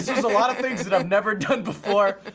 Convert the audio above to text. a lot of things that i've never done before,